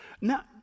Now